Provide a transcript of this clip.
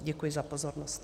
Děkuji za pozornost.